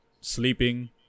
sleeping